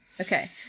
Okay